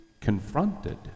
confronted